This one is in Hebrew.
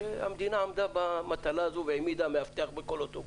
שהמדינה עמדה במטלה הזו והעמידה מאבטח בכל האוטובוסים.